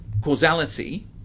causality